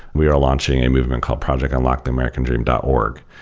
we are launching a movement called projectunlocktheamericandream dot org,